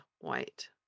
white